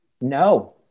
No